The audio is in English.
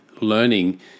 learning